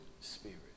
Spirit